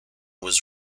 was